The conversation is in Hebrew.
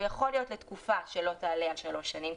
יכול להיות לתקופה שלא תעלה על שלוש שנים,